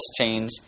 change